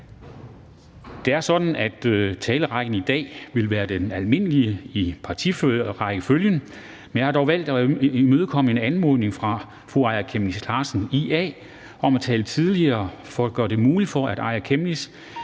Det er sådan, at talerækken i dag vil være efter den almindelige partirækkefølge, men jeg har dog valgt at imødekomme en anmodning fra fru Aaja Chemnitz Larsen, IA, om at tale tidligere for at gøre det muligt, at fru